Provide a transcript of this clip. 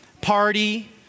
party